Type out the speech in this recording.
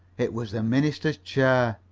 it was the minister's chair.